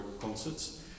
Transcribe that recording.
concerts